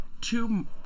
two